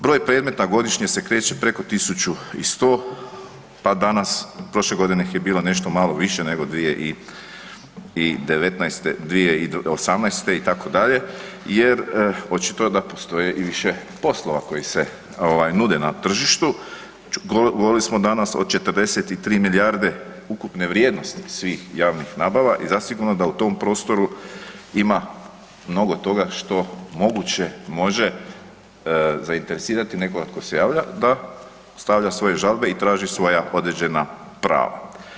Broj predmeta godišnje se kreće preko 1100, pa danas, prošle godine ih je bilo nešto malo više nego 2019., 2018. itd. jer očito je da postoje i više poslova koji se nude na tržištu, govorili smo danas o 43 milijarde ukupne vrijednost svih javnih nabava i zasigurno da u tom prostoru ima mnogo toga što moguće može zainteresirati nekoga tko se javlja da stavlja svoje žalbe i traži svoja određena prava.